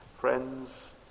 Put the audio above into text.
Friends